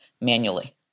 manually